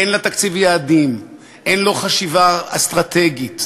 אין לתקציב יעדים, אין בו חשיבה אסטרטגית,